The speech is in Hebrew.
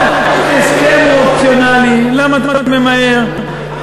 ההסכם הוא אופציונלי, למה אתה ממהר?